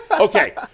Okay